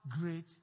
great